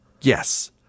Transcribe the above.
Yes